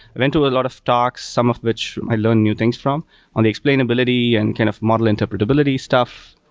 i went to a lot of talks, some of which i learned new things from on the explainability and kind of model interpretability stuff.